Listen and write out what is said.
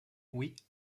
oui